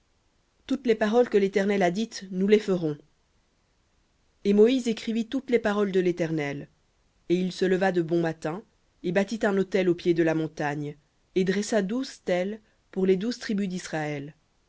toutes les paroles que l'éternel a dites nous les ferons et moïse écrivit toutes les paroles de l'éternel et il se leva de bon matin et bâtit un autel au pied de la montagne et douze stèles pour les douze tribus d'israël